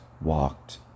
walked